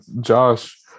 Josh